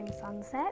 sunset